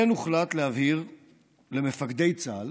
כן הוחלט להבהיר למפקדי צה"ל